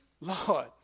Lord